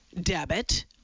debit